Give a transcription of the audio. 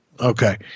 Okay